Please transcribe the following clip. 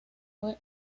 fue